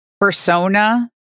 persona